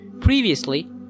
Previously